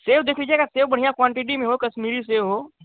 सेब देख लीजियेगा सेब बढ़िया क्वांटिटी में हो कश्मीर से हो